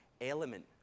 element